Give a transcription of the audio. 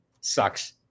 sucks